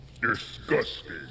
Disgusting